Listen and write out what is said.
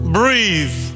breathe